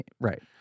Right